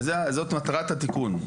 זו מטרת התיקון.